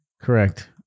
Correct